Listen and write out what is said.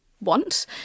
want